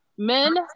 men